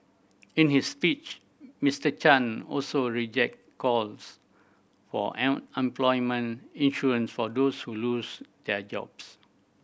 in his speech Mister Chan also rejected calls for an unemployment insurance for those who lose their jobs